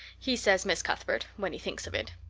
he says miss cuthbert when he thinks of it.